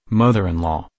mother-in-law